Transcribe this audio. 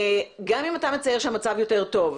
גם אם אתה מצייר שהמצב יותר טוב,